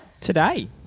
Today